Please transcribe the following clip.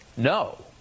No